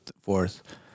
fourth